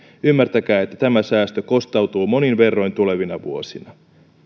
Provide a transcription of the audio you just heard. ymmärtäkää että tämä säästö kostautuu monin verroin tulevina vuosina